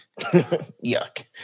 Yuck